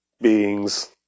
beings